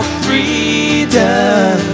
freedom